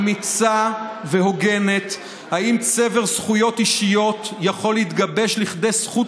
אמיצה והוגנת אם צבר זכויות אישיות יכול להתגבש לכדי זכות